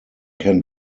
can